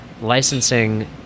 licensing